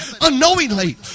unknowingly